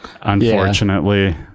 Unfortunately